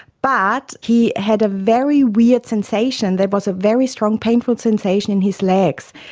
but he had a very weird sensation that was a very strong painful sensation in his legs,